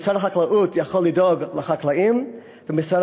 משרד החקלאות יכול לדאוג לחקלאים והמשרד